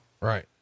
right